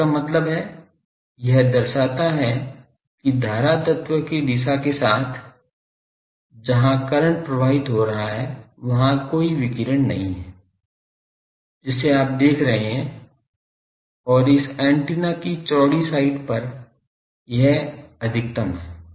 तो इसका मतलब है यह दर्शाता है कि धारा तत्व की दिशा के साथ जहां करंट प्रवाहित हो रहा है वहां कोई विकिरण नहीं है जिसे आप देख रहे हैं और इस एंटीना की चौड़ी साइड पर यह अधिकतम है